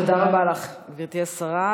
תודה רבה לך, גברתי השרה.